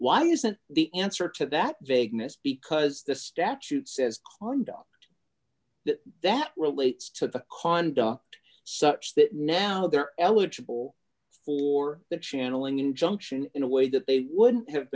why isn't the answer to that vagueness because the statute says conduct that that relates to the conduct such that now they're eligible for the channeling injunction in a way that they wouldn't have